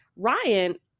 Ryan